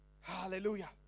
Hallelujah